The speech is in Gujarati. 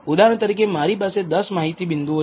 ઉદાહરણ તરીકે મારી પાસે 10 માહિતી બિંદુઓ છે